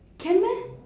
can meh